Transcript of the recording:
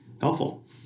helpful